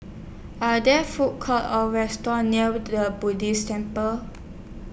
Are There Food Courts Or restaurants near Buddhist Temple